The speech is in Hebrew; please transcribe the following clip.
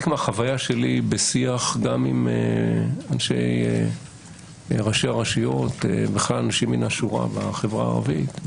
מהחוויה שלי בשיח גם עם ראשי הרשויות ועם אנשים מהשורה בחברה הערבית,